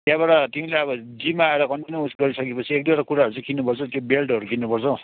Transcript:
त्यहाँबाट तिमीलाई अब जिममा आएर कन्टिन्युस गरिसकेपछि एक दुईवटा कुराहरू चाहिँ किन्नुपर्छ त्यो बेल्टहरू किन्नुपर्छ